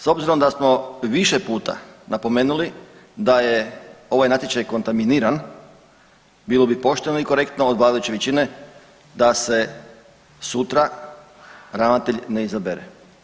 S obzirom da smo i više puta napomenuli da je ovaj natječaj kontaminiran, bilo bi pošteno i korektno od vladajuće većine da se sutra ravnatelj ne izabere.